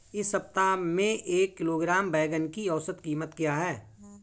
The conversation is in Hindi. इस सप्ताह में एक किलोग्राम बैंगन की औसत क़ीमत क्या है?